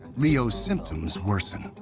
liu's symptoms worsen.